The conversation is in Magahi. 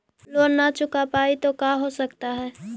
लोन न चुका पाई तो का हो सकता है?